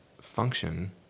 function